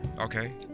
Okay